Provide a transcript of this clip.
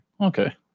okay